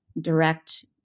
direct